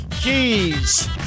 Keys